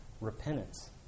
repentance